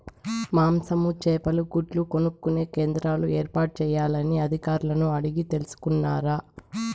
మాంసము, చేపలు, గుడ్లు కొనుక్కొనే కేంద్రాలు ఏర్పాటు చేయాలని అధికారులను అడిగి తెలుసుకున్నారా?